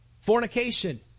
Fornication